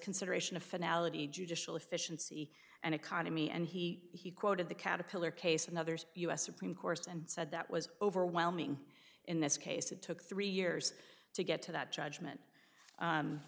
consideration of finale judicial efficiency and economy and he he quoted the caterpillar case and others u s supreme court and said that was overwhelming in this case it took three years to get to that